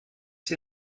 sie